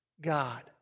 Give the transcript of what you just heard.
God